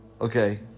Okay